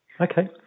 Okay